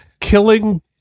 killing